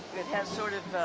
it has sort of